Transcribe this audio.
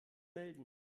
melden